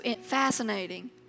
fascinating